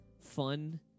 fun